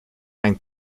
ein